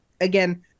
again